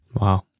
Wow